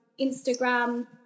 Instagram